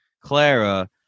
clara